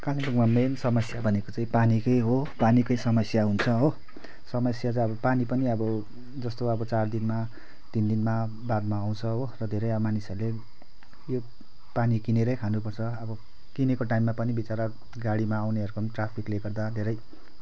कालिम्पोङमा मेन समस्या भनेको चाहिँ पानीकै हो पानीकै समस्या हुन्छ हो समस्या चाहिँ अब पानी पनि अब जस्तो अब चार दिनमा तिन दिनमा बादमा आउँछ हो र धेरै अब मानिसहरूले यो पानी किनेरै खानुपर्छ अब किनेको टाइममा पनि विचरा गाडीमा आउनेहरू पनि ट्राफिकले गर्दा धेरै